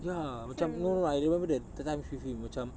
ya macam no no I remember that that time with him macam